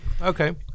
okay